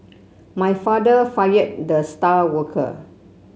my father fired the star worker